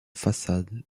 façade